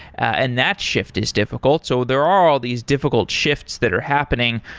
and that shift is difficult. so there are all these difficult shifts that are happening.